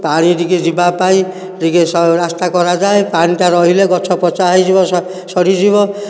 ପାଣି ଟିକେ ଯିବା ପାଇଁ ଟିକେ ସରୁ ରାସ୍ତା କରାଯାଏ ପାଣିଟା ରହିଲେ ଗଛ ପଚା ହୋଇଯିବ ସଢ଼ିଯିବ